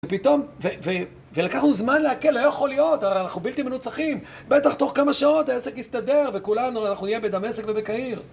ופתאום, ולקח לנו זמן לעכל, לא יכול להיות, הרי אנחנו בלתי מנוצחים בטח תוך כמה שעות העסק יסתדר וכולנו, אנחנו נהיה בדמשק ובקהיר